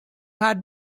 had